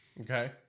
Okay